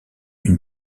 une